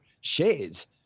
shades